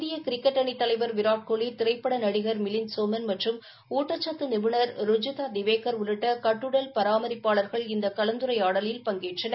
இந்திய கிரிக்கெட் அணித் தலைவர் விராத் கோலி திரைப்பட நடிகர் மிலிந்த் சோமன் மற்றும் ஊட்டச்சத்து நிபுனர் ருஜுதா திவேகர் உள்ளிட்ட கட்டுடல் பராமரிப்பாளர்கள் இந்த கலந்துரையாடலில் பங்கேற்றனர்